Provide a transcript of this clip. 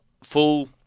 Full